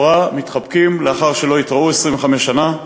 לכאורה מתחבקים לאחר שלא התראו 25 שנה,